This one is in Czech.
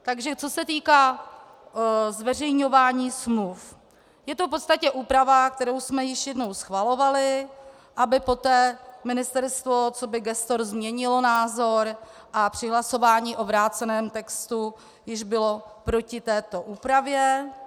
Takže co se týká zveřejňování smluv, je to v podstatě úprava, kterou jsme již jednou schvalovali, aby poté ministerstvo coby gestor změnilo názor a při hlasování o vráceném textu již bylo proti této úpravě.